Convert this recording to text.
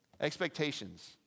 Expectations